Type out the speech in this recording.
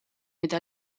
eta